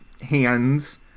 hands